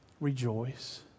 Rejoice